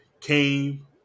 came